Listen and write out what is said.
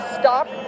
stop